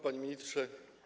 Panie Ministrze!